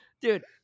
Dude